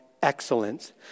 excellence